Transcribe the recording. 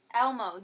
Elmo